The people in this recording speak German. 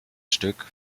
stück